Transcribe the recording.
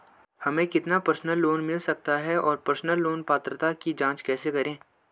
हमें कितना personal loan मिल सकता है और पर्सनल लोन पात्रता की जांच कैसे करें?